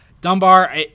Dunbar